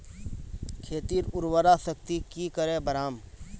खेतीर उर्वरा शक्ति की करे बढ़ाम?